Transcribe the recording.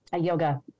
Yoga